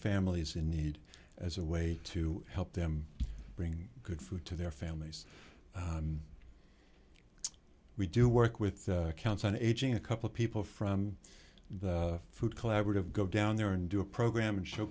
families in need as a way to help them bring good food to their families we do work with accounts on aging a couple people from the food collaborative go down there and do a program and show